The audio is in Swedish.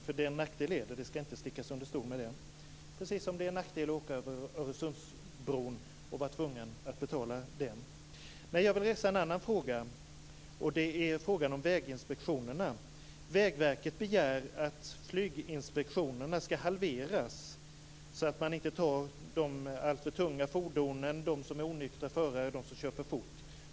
För en nackdel är det - det ska inte stickas under stol med det - precis som det är en nackdel att åka över Öresundsbron och vara tvungen att betala den avgiften. Men jag vill resa en annan fråga, och det är frågan om väginspektionerna. Vägverket begär att flyginspektionerna ska halveras så att man inte tar de alltför tunga fordonen, dem som är onyktra förare och dem som kör för fort.